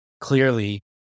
clearly